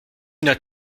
notre